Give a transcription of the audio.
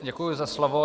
Děkuji za slovo.